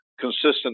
consistent